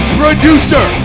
producer